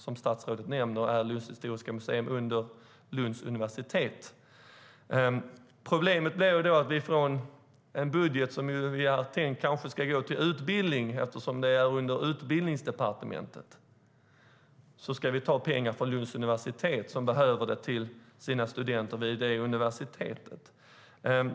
Som statsrådet också nämnde ligger Lunds historiska museum under Lunds universitet. Problemet blir att vi, eftersom det ligger under Utbildningsdepartementet, ska ta pengarna från Lunds universitets budget, som är tänkt att gå till studenternas utbildning.